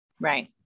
Right